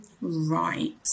Right